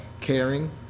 caring